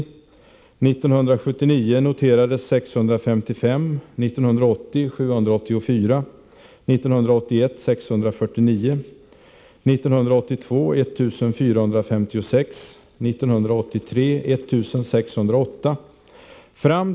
1979 noterades 655, 1980 784, 1981 649, 1982 1 456 och 1983 1 608.